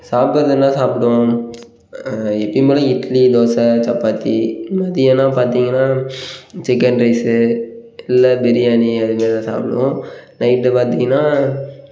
சாப்பிட்றதுன்னா சாப்பிடுவோம் எப்போயும் போல் இட்லி தோசை சப்பாத்தி மத்தியானம் பார்த்தீங்கன்னா சிக்கன் ரைஸு இல்லை பிரியாணி அது மாரி எதாவது சாப்பிடுவோம் நைட்டு பார்த்தீங்கன்னா